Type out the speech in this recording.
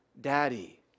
daddy